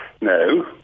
No